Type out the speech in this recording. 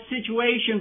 situation